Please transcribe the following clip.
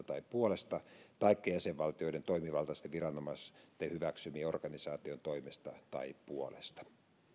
tai puolesta taikka jäsenvaltioiden toimivaltaisten viranomaisten hyväksymien organisaatioiden toimesta tai puolesta